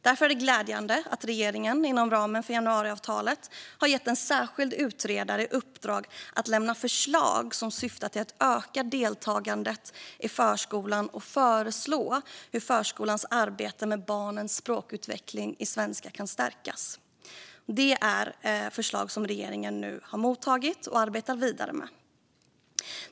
Därför är det glädjande att regeringen, inom ramen för januariavtalet, har gett en särskild utredare i uppdrag att lämna förslag som syftar till att öka deltagandet i förskolan och till hur förskolans arbete med barnens språkutveckling i svenska kan stärkas. Det är förslag som regeringen nu har mottagit och arbetar vidare med.